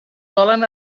volen